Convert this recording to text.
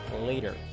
later